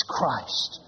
Christ